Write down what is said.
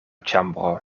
ĉambro